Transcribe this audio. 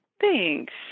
Thanks